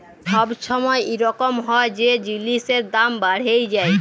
ছব ছময় ইরকম হ্যয় যে জিলিসের দাম বাড়্হে যায়